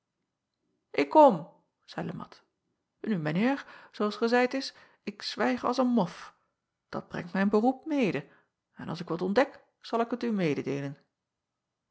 k kom zeî e at nu mijn eer zoo als gezeid is ik zwijg als een mof dat brengt mijn beroep mede en als ik wat ontdek zal ik het u mededeelen